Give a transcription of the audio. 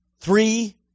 Three